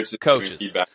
coaches